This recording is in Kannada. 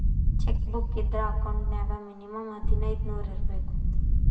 ಚೆಕ್ ಬುಕ್ ಇದ್ರ ಅಕೌಂಟ್ ನ್ಯಾಗ ಮಿನಿಮಂ ಹದಿನೈದ್ ನೂರ್ ಇರ್ಬೇಕು